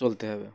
চলতে হবে